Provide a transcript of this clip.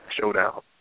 showdown